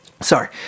Sorry